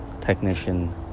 technician